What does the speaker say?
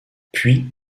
puis